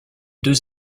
deux